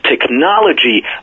technology